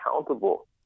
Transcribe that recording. accountable